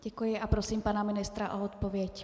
Děkuji a prosím pana ministra o odpověď.